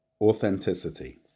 Authenticity